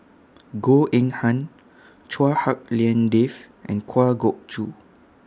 Goh Eng Han Chua Hak Lien Dave and Kwa Geok Choo